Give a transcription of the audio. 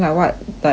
like ryan did